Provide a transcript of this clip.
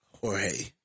Jorge